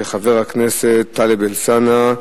של חבר הכנסת טלב אלסאנע,